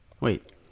Wait